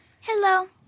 Hello